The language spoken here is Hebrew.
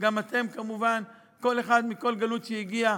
וגם אתם כמובן, כל אחד מכל גלות שהגיע,